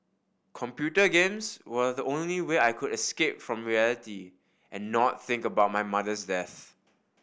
computer games were the only way I could escape from reality and not think about my mother's death